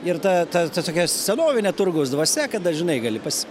ir ta ta ta tokia senovinė turgaus dvasia kad dažnai gali pas